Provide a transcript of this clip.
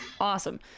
Awesome